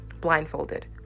blindfolded